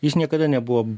jis niekada nebuvo